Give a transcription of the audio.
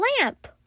lamp